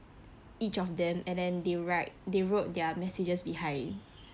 each of them and then they write they wrote their messages behind